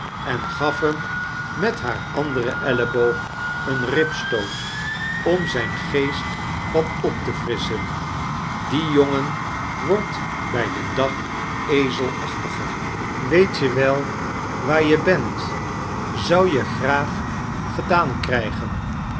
en gaf hem met haar anderen elleboog een ribbestoot om zijn geest wat op te firisstchen die jongen wordt bij den dag ezelachtiger charles dickens weet je wel waar je bent zou je graag gedaan krijgen